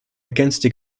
against